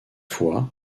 fois